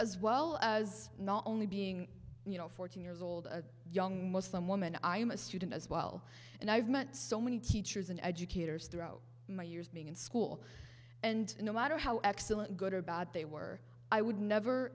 as well as not only being you know fourteen years old a young muslim woman i am a student as well and i've met so many teachers and educators throughout my years being in school and no matter how excellent good or bad they were i would never